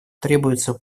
требуется